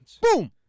Boom